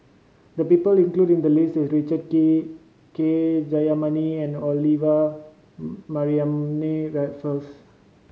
the people included in the list are Richard Kee K Jayamani and Olivia Mariamne Raffles